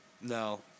No